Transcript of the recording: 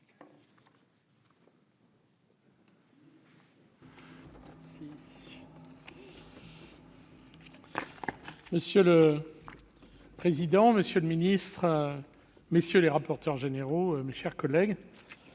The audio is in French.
Monsieur le président, monsieur le ministre, messieurs les rapporteurs généraux, mes chers collègues,